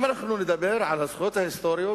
אם אנחנו נדבר על הזכויות ההיסטוריות,